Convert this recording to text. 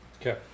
Okay